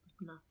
No